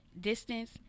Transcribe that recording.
distance